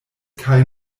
kaj